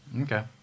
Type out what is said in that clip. Okay